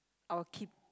I will keep